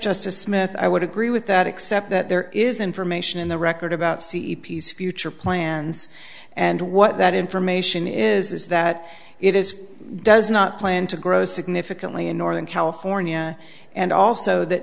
justice smith i would agree with that except that there is information in the record about c e p's future plans and what that information is that it is does not plan to grow significantly in northern california and also that